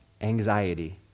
anxiety